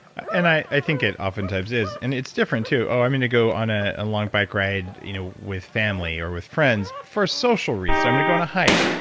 and i think it oftentimes is and it's different too, oh i'm going to go on a and long bike ride you know with family or with friends. for social reasons, i'm going to go on a hike.